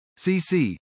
CC